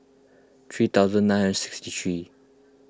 three thousand nine hundred sixty three